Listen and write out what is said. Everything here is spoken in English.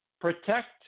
protect